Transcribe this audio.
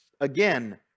Again